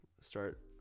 start